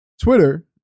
twitter